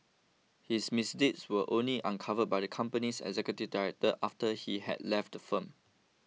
his misdeeds were only uncovered by the company's executive director after he had left the firm